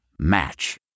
match